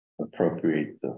appropriate